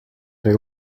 fait